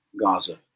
Gaza